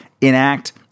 enact